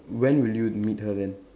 when will you meet her then